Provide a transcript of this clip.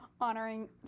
honoring